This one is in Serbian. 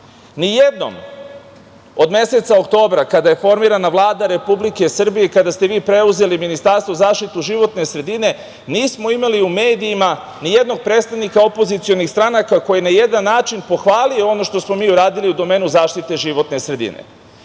stranke. Nijednom od meseca oktobra kada je formirana Vlada Republike Srbije, kada ste vi preuzeli Ministarstvo za zaštitu životne sredine nismo imali u medijima nijednog predstavnika opozicionih stranaka koji je na jedan način pohvalio ono što smo uradili u domenu zaštite životne sredine. Znate,